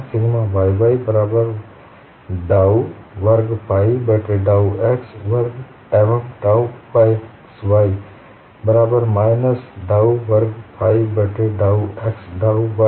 sigma yy बराबर डाउ वर्ग फाइ बट्टे डाउ x वर्ग एवं टाउ xy बराबर माइनस डाउ वर्ग फाइ बट्टे डाउ x डाउ y